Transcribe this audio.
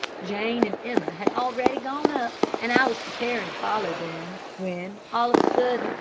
jane and emma had already gone up, and i was preparing to follow them, when, all of a sudden,